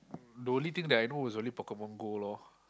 the only thing that I know is only Pokemon Go lor